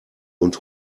und